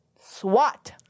SWAT